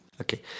Okay